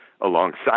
alongside